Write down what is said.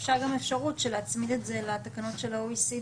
יש גם אפשרות להצמיד את זה לתקנות של ה-OECD.